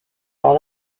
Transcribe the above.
lors